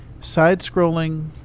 side-scrolling